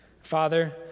Father